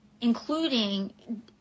including